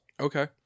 Okay